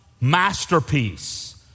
masterpiece